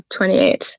28